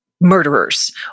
murderers